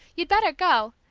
you'd better go.